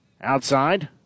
outside